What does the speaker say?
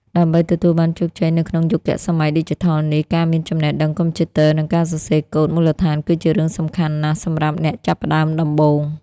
ដើម្បីទទួលបានជោគជ័យនៅក្នុងយុគសម័យឌីជីថលនេះ ការមានចំណេះដឹងកុំព្យូទ័រ និងការសរសេរកូដមូលដ្ឋានគឺជារឿងសំខាន់ណាស់សម្រាប់អ្នកចាប់ផ្តើមដំបូង។